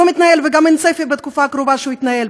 לא מתנהל וגם אין צפי בתקופה הקרובה שהוא יתנהל,